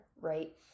Right